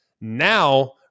Now